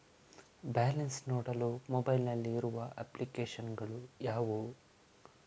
Balance ನೋಡಲು mobile ನಲ್ಲಿ ಇರುವ ಅಪ್ಲಿಕೇಶನ್ ಗಳು ಯಾವುವು?